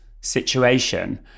situation